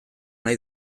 nahi